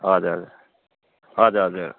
हजुर हजुर हजुर हजुर